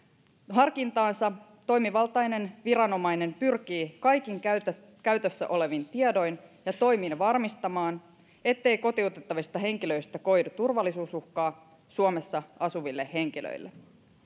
harkintaansa toimivaltainen viranomainen pyrkii kaikin käytössä käytössä olevin tiedoin ja toimin varmistamaan ettei kotiutettavista henkilöistä koidu turvallisuusuhkaa suomessa asuville henkilöille